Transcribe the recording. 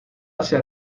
hacia